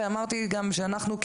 ואמרתי גם שאנחנו,